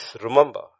remember